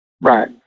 Right